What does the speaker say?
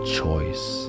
choice